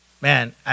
man